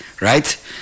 right